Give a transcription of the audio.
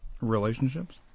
relationships